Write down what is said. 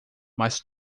mas